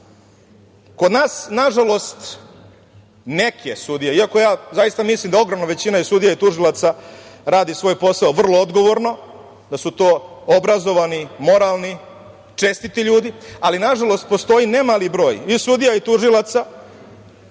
nas nažalost neke sudije, iako ja mislim da ogromna većina sudija i tužilaca radi svoj posao vrlo odgovorno, da su to obrazovani, moralni, čestiti ljudi, ali nažalost postoji ne mali broj i sudija i tužilaca